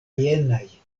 jenaj